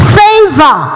favor